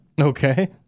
Okay